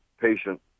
patient